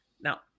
Now